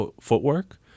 footwork